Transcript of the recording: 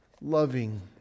loving